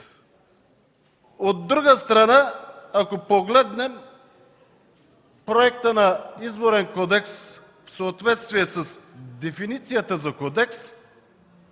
От друга страна, ако погледнем проекта на Изборен кодекс в съответствие с дефиницията за „кодекс”,